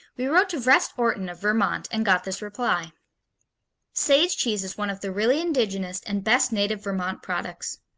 we wrote to vrest orton of vermont, and got this reply sage cheese is one of the really indigenous and best native vermont products.